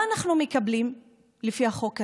מה אנחנו מקבלים לפי החוק הזה?